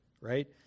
right